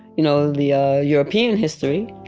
you know, the ah european history.